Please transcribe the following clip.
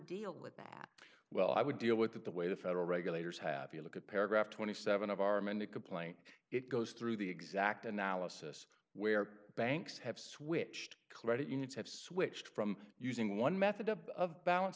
deal with that well i would deal with that the way the federal regulators have you look at paragraph twenty seven of our amended complaint it goes through the exact analysis where banks have switched clairette units have switched from using one method of balance